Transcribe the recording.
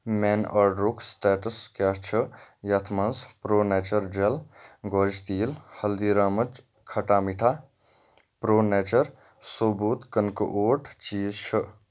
میانہِ آرڈرُک سٹیٹس کیٛاہ چھ یتھ مَنٛز پرٛو نیچر جل گوجہِ تیٖل ہلدی رامٕچ کھٹا میٖٹھا پرٛو نیچر ثوبوٗت کٕنکہٕ اوٹ چیٖز چھِ